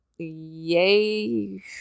yay